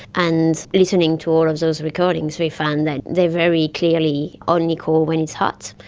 and listening to all of those recordings we found that they very clearly only call when it's hot.